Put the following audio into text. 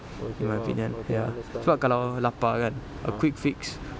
in my opinion ya sebab kalau lapar kan a quick fix